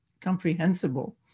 comprehensible